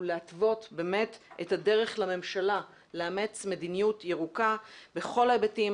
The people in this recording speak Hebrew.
להתוות את הדרך לממשלה לאמץ מדיניות ירוקה בכל ההיבטים,